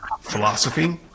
philosophy